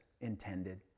intended